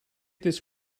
this